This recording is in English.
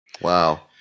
Wow